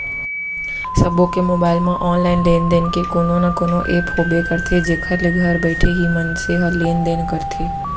सबो के मोबाइल म ऑनलाइन लेन देन के कोनो न कोनो ऐप होबे करथे जेखर ले घर बइठे ही मनसे ह लेन देन करथे